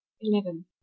eleven